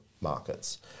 markets